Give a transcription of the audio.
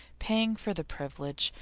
paying for the privilege,